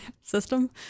system